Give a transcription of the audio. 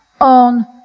on